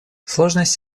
сложность